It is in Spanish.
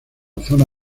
zona